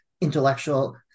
intellectual